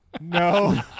No